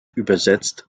übersetzt